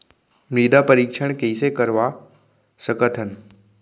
मृदा परीक्षण कइसे करवा सकत हन?